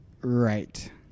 right